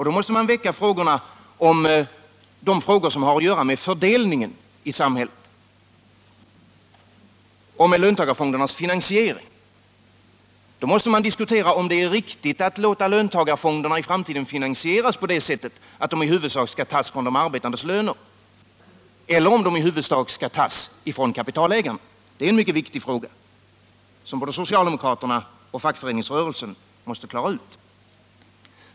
Då måste man väcka de frågor som har att göra med fördelningen i samhället och med löntagarfondernas finansiering. Då måste man diskutera om det är riktigt att låta löntagarfonderna i framtiden finansieras på det sättet att de i huvudsak skall tas från de arbetandes löner eller om de i huvudsak skall tas från kapitalägarna. Det är en mycket viktig fråga, som både socialdemokraterna och fackföreningsrörelsen måste klara ut.